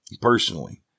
Personally